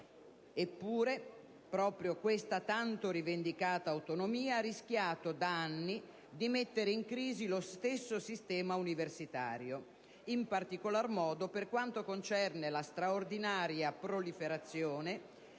Eppure, proprio questa tanto rivendicata autonomia ha rischiato da anni di mettere in crisi lo stesso sistema universitario; in particolar modo per quanto concerne la straordinaria proliferazione